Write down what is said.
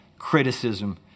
criticism